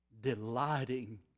delighting